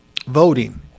Voting